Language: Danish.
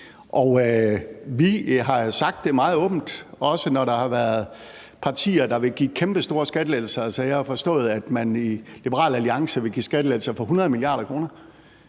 Jeg har sagt meget åbent, også når der er partier, der vil give kæmpestore skattelettelser – jeg har forstået, at man i Liberal Alliance vil give skattelettelser for 100 mia. kr.